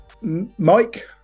Mike